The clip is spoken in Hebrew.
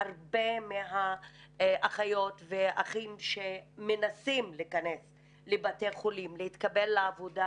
הרבה מהאחיות והאחים שמנסים להיכנס לבתי חולים ולהתקבל לעבודה,